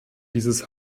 dieses